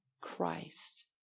Christ